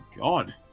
god